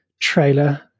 trailer